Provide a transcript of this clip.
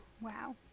Wow